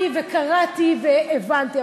שמעתי וקראתי והבנתי.